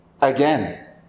again